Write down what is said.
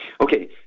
Okay